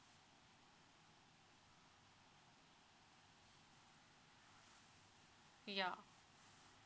ya